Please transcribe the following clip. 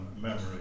memory